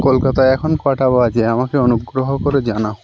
কলকাতায় এখন কটা বাজে আমাকে অনুগ্রহ করে জানাও